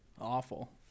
awful